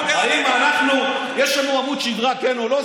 אם יש לנו עמוד שדרה כן או לא?